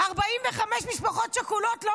45 משפחות שכולות לא